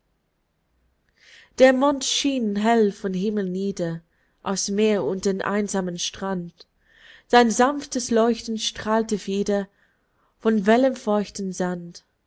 der mond schien hell vom himmel nieder aufs meer und den einsamen strand sein sanftes leuchten strahlte wieder vom wellenfeuchten sand